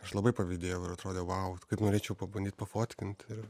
aš labai pavydėjau ir atrodė vau kaip norėčiau pabandyt pafotkint ir